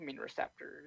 receptors